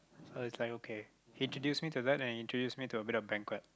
uh it's like okay he introduce me to that and introduce me to a bit of banquet